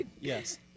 Yes